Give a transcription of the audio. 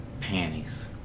panties